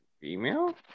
female